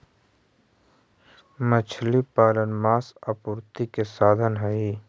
मछली पालन मांस आपूर्ति के साधन हई